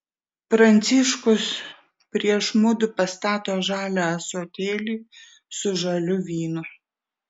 pranciškus prieš mudu pastato žalią ąsotėlį su žaliu vynu